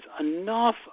enough